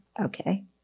okay